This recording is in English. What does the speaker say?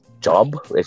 job